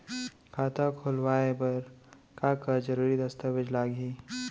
खाता खोलवाय बर का का जरूरी दस्तावेज लागही?